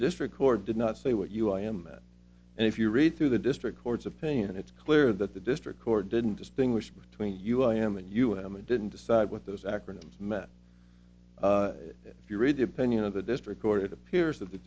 the district court did not say what you i am and if you read through the district courts of pain it's clear that the district court didn't distinguish between you i am and you and i didn't decide what those acronyms met if you read the opinion of the district court it appears that the